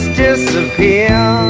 disappear